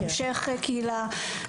המשך קהילה.